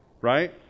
right